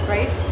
Right